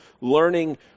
learning